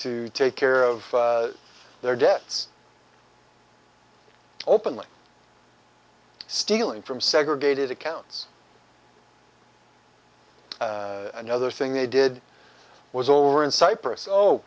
to take care of their debts openly stealing from segregated accounts another thing they did was over in cyprus o